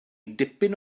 dipyn